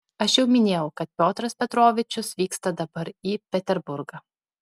aš jau minėjau kad piotras petrovičius vyksta dabar į peterburgą